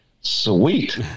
sweet